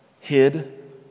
hid